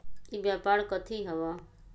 ई व्यापार कथी हव?